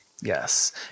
Yes